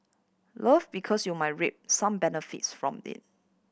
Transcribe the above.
love because you might reap some benefits from it